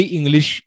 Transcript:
English